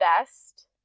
best